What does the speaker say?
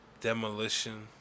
Demolition